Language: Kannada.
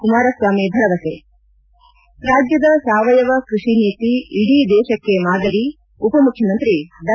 ಕುಮಾರಸ್ವಾಮಿ ಭರವಸೆ ರಾಜ್ಯದ ಸಾವಯವ ಕೃಷಿ ನೀತಿ ಇಡೀ ದೇಶಕ್ಕೇ ಮಾದರಿ ಉಪಮುಖ್ಯಮಂತ್ರಿ ಡಾ